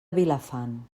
vilafant